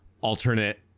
alternate